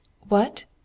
What